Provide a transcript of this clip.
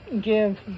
give